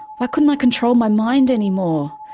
why couldn't i control my mind anymore?